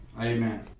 Amen